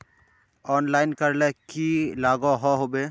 Online करले की लागोहो होबे?